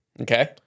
Okay